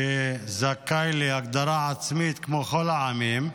שזכאי להגדרה עצמית כמו כל העמים,